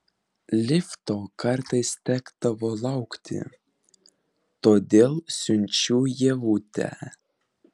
lifto kartais tekdavo laukti todėl siunčiu ievutę